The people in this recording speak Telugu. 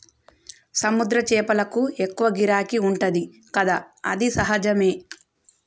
సముద్ర చేపలకు ఎక్కువ గిరాకీ ఉంటది కదా అది సహజమే